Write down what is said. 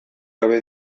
gabe